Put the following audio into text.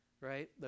right